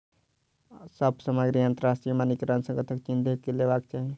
सभ सामग्री अंतरराष्ट्रीय मानकीकरण संगठनक चिन्ह देख के लेवाक चाही